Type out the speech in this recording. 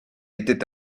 était